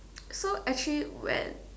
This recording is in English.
so actually when